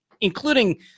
including